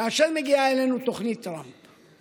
כאשר מגיעה אלינו תוכנית טראמפ,